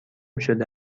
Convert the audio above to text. شده